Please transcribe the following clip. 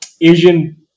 Asian